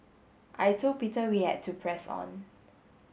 I told Peter we had to press on